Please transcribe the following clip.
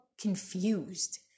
confused